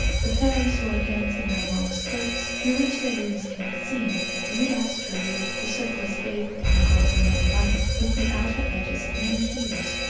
the fairies who are dancing have long skirts, through which their limbs can be seen viewed astrally the circle is bathed in golden yellow light, with the outer edges of many hues,